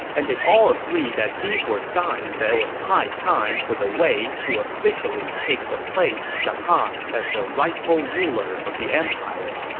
and they all agreed that these were signs that it was high time for the wei to officially take the place of the han as the rightful ruler of the empire.